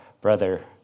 brother